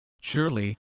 Surely